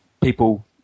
people